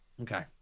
Okay